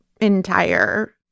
entire